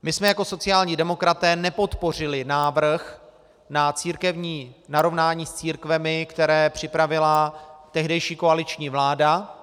My jsme jako sociální demokraté nepodpořili návrh na narovnání s církvemi, které připravila tehdejší koaliční vláda.